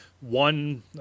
One